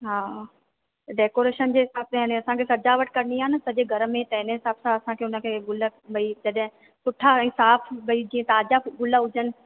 हा डेकोरेशन जे हिसाब सां यानी असांखे सॼावट करिणी आहे न सॼे घर में त इनजे हिसाब सां की उनखे ग़ुल भई छॾा सुठा ऐं साफ़ भाई जीअं ताज़ा ग़ुल हुजनि